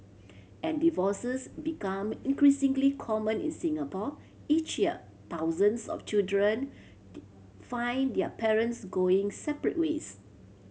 and divorces become increasingly common in Singapore each year thousands of children find their parents going separate ways